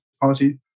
Party